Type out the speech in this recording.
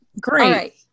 great